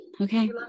Okay